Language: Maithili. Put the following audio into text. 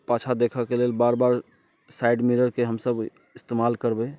पाछाँ देखऽ के लेल बार बार साइड मिररके हमसभ इस्तेमाल करबै